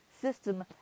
system